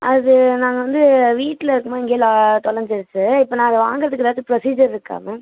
அது நாங்கள் வந்து வீட்டில இருக்கும் போது எங்கேயோ லா தொலஞ்சிடுச்சு இப்போ நான் அதை வாங்கறதுக்கு ஏதாச்சும் ப்ரொசீஜர் இருக்கா மேம்